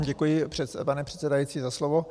Děkuji, pane předsedající, za slovo.